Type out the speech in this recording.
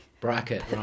bracket